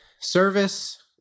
service